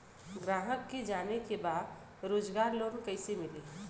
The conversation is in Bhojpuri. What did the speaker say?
ग्राहक के जाने के बा रोजगार लोन कईसे मिली?